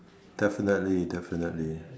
definitely definitely